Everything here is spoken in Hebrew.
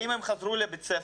אם הם חזרו לבית ספר,